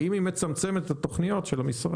האם היא מצמצמת את התוכניות של המשרד,